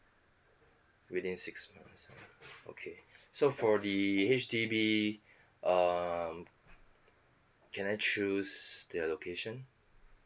within six months okay so for the H_D_B um can I choose the location